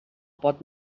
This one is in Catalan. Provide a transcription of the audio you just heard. pot